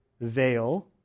veil